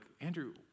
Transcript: Andrew